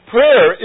Prayer